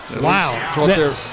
Wow